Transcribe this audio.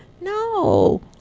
No